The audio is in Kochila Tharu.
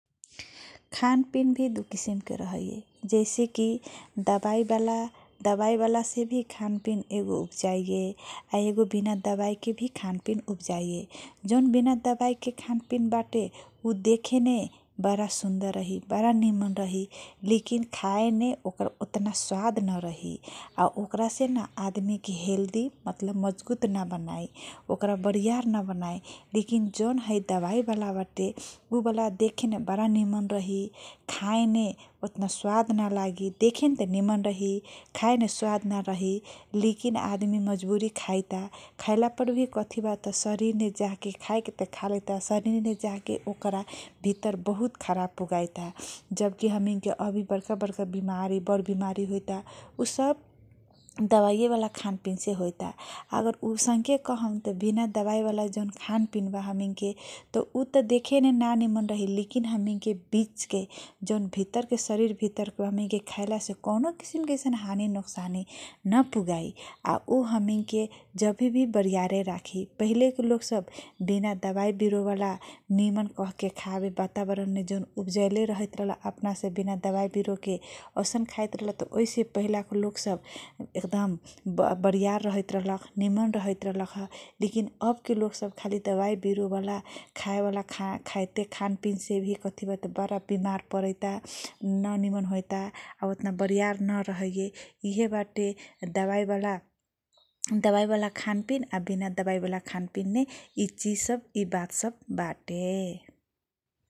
खान पिन भी दु किसिम के रहैए जैसेकी दबाइ बाला दबाइ बाला सेभी खान पिन एगो उबजाइए एगो बिना दबाइ बाला से खान पिन उबजाइए जौन बिना दबाइ के खान पिन बाटे उ देखेने बारा सुनधर रहि बारा निम्न रही लिकिन खाए ने ओकर ओतना सवाद ना रही आ ओकरा से न आदमी के हेलदी मतलब मजबुत ना बनाइ ओकरा बरीयार ना बनाइ लिकीन जौन है दबाइ बाला बाटे उ बाला देखेने बारा निम्न रही खाएने ओतना सवाद ना लागी देखेने त निमन रही खाएने सवाद ना रही लिकिन आदमी मजबुरी खाइता खाइला परभी कथी बाट शरीर ने जाके खाए के त खालैता शरीरने जाके ओकरा भित्र बहुत खराब पुगाइ ता जबकि हमनी के अभी बरका बरका बेमारी बर बिमारी होइता उ सब । दबाइए बाला खान पिन से होइता अगर उसनके कहम त बिना दबाइ बाला जौन खान पिन बा हमनी के त उ त देखेने ना निमन रही लिकिन हमनी के बिजके जौन भित्र के शरीर भित्रके बा हमनी के खाइला से कौने किसिम के आइसन हानी नोकसानी ना पुगाइ। आ उ हमनी के जबिभी बरियारे राखी पहिले के लोग सब बिना दबाइ बिरू बाला निमन कहके खाबे जौन उबजैले रहैत रहल अपना से बिना दबाइ बिरू के औसन खाइत रहल त ओइसे पहिला के लोग सब एकदम बरीयार रहैत रहल खा निमन रहैत रहल खा लिकिन अब के लोग सब खाली दबाइ बिरू बाला खाए बाला खाइता खान पिन से भी कथी बा के भी बारा बिमार परैता न निमन होइता आ ओतना बरियार ना रहैए इहे बाटे दबाइ बाला। दबाइ बाला खान पिन बिना दबाइ बाला खान पिन ने इ चिज सब इ बात सब बाटेए ।